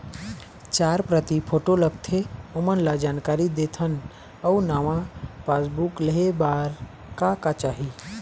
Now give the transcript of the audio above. चार प्रति फोटो लगथे ओमन ला जानकारी देथन अऊ नावा पासबुक लेहे बार का का चाही?